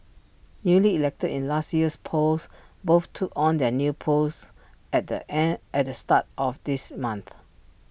newly elected in last year's polls both took on their new posts at the end at the start of this month